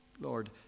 Lord